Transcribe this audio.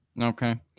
Okay